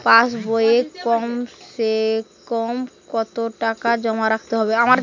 পাশ বইয়ে কমসেকম কত টাকা জমা রাখতে হবে?